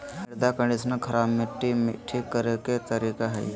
मृदा कंडीशनर खराब मट्टी ठीक करे के तरीका हइ